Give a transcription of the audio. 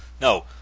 No